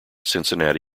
cincinnati